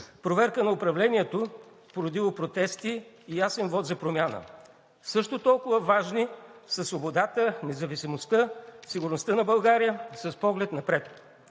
проверка на управлението, породило протести и ясен вот за промяна. Също толкова важни са свободата, независимостта, сигурността на България с поглед напред.